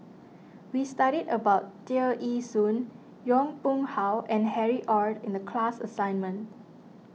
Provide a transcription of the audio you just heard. we studied about Tear Ee Soon Yong Pung How and Harry Ord in the class assignment